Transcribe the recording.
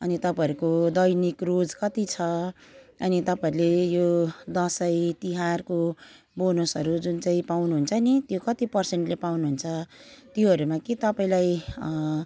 अनि तपाईँहरूको दैनिक रोज कति छ अनि तपाईँहरूले यो दसैँतिहारको बोनसहरू जुन चाहिँ पाउनुहुन्छ नि त्यो कति पर्सेन्टले पाउनुुहुन्छ त्योहरूमा के तपाईँलाई